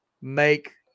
make